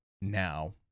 now